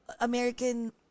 American